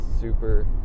super